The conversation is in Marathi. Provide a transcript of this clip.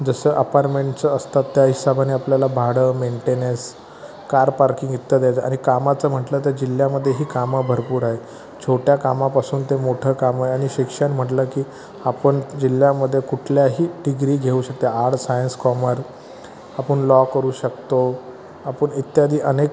जसं अपारमेंटचं असतं त्या हिशेबाने आपल्याला भाडं मेंटेनेस कार पार्किंग इत्यादीचं आणि कामाचं म्हटलं तर जिल्ह्यामध्येही कामं भरपूर आहेत छोट्या कामापासून ते मोठं काम आहे आणि शिक्षण म्हटलं की आपण जिल्ह्यामध्ये कुठल्याही डिग्री घेऊ शकते आर्ड सायन्स कॉमर अपुन लॉ करू शकतो अपुन इत्यादी अनेक